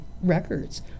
records